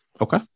okay